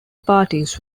parties